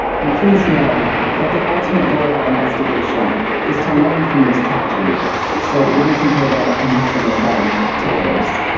and please know that the ultimate goal of our investigation is to learn from this tragedy so that we can prevent it from happening again to others.